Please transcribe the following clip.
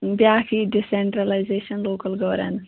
بیٛاکھ یہِ decentralisation local governance